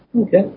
Okay